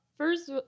First